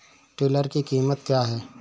Tiller की कीमत क्या है?